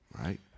right